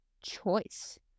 choice